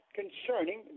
concerning